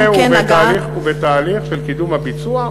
הכביש הזה הוא בתהליך של קידום הביצוע,